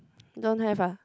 don't have ah